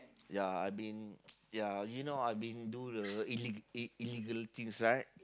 ya I been ya you know I been do the ille~ E illegal things right